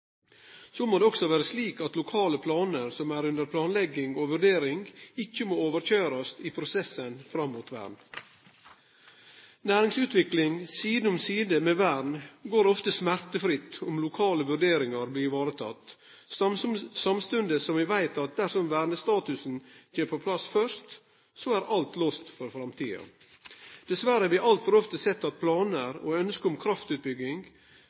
Så må det også vere slik at lokale planar som er under planlegging og vurdering, ikkje må overkøyrast i prosessen fram mot vern. Næringsutvikling side om side med vern går ofte smertefritt om lokale vurderingar blir varetekne, samstundes som vi veit at dersom vernestatusen kjem på plass først, er alt låst for framtida. Dessverre har vi altfor ofte sett at planar og ønske om kraftutbygging